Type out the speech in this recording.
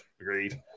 Agreed